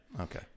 Okay